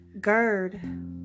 GERD